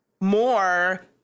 more